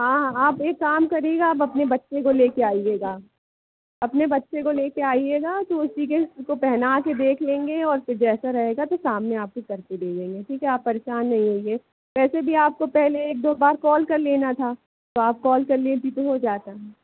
हाँ आप एक काम करिएगा आप अपने बच्चे को लेके आइएगा अपने बच्चे को लेके आइएगा तो उसी को पहना के देख लेंगे और फिर जैसा रहेगा तो सामने आपके करके दे देंगे ठीक है आप परेशान नहीं होइए वैसे भी आपको पहले एक दो बार कॉल कर लेना था तो आप कॉल कर लेतीं तो हो जाता